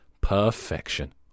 Perfection